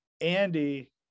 Andy